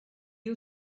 you